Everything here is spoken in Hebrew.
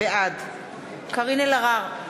בעד קארין אלהרר,